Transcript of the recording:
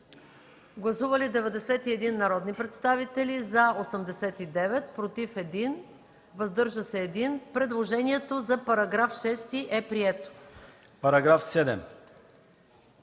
Гласували 91 народни представители: за 89, против 1, въздържал се 1. Предложението за § 6 е прието. ДОКЛАДЧИК